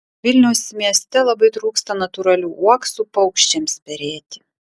vilniaus mieste labai trūksta natūralių uoksų paukščiams perėti